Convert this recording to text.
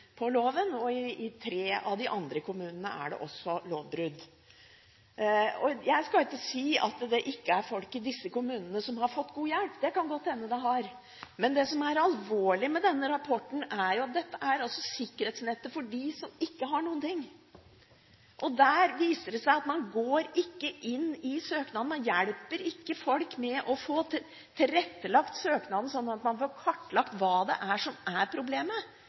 det også lovbrudd. Jeg skal ikke si at det ikke er folk i disse kommunene som har fått god hjelp – det kan godt hende de har. Men det som er alvorlig med denne rapporten, er at dette er sikkerhetsnettet for dem som ikke har noen ting. Der viser det seg at man går ikke inn i søknaden, man hjelper ikke folk med å få tilrettelagt søknaden, slik at man får kartlagt hva som er problemet. Det viser seg til og med mange steder at man ikke spør om det er